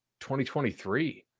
2023